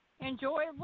enjoy